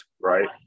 right